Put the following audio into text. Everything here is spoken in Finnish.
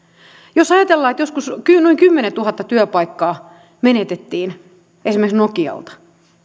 jos ajatellaan että joskus noin kymmenentuhatta työpaikkaa menetettiin esimerkiksi nokialta